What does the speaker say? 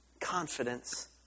Confidence